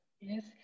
Yes